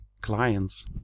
clients